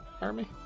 Army